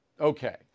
Okay